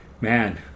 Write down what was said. man